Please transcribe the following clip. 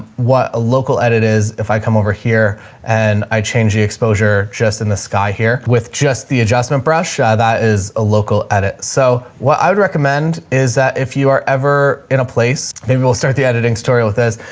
what a local edit is. if i come over here and i change the exposure just in the sky here with just the adjustment brush, ah that is a local edit. so what i would recommend is that if you are ever in a place, maybe we'll start the editing story with us.